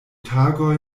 tagoj